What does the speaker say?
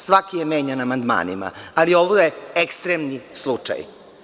Svaki je menjan amandmanima, ali ovo je ekstremni slučaj.